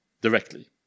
directly